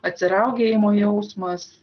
atsiraugėjimo jausmas